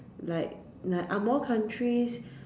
like like angmoh countries